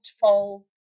fall